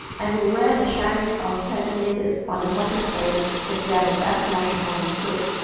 and will wear the shiniest of patent leathers on the hottest day if they are the best match for his suit.